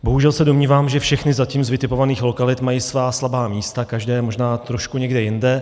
Bohužel se domnívám, že všechny ze zatím vytipovaných lokalit mají svá slabá místa, každé možná trošku někde jinde.